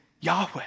Yahweh